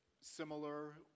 similar